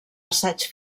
assaig